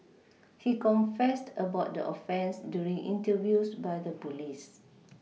he confessed about the offence during interviews by the police